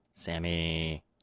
Sammy